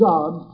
God